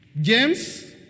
James